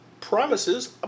Promises